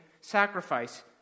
sacrifice